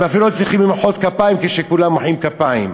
הם אפילו לא צריכים למחוא כפיים כשכולם מוחאים כפיים.